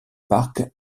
parc